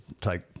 take